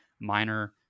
minor